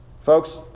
Folks